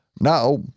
Now